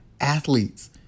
athletes